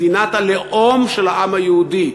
מדינת הלאום של העם היהודי,